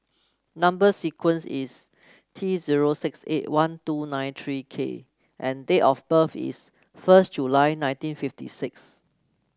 number sequence is T zero six eight one two nine three K and date of birth is first July nineteen fifty six